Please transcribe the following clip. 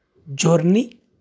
journey